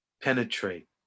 penetrate